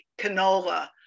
canola